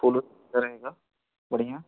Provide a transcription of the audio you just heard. फूलों की रहेगा बढ़िया